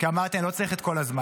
כי אמרתי, אני לא צריך את כל הזמן,